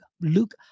Luke